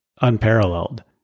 unparalleled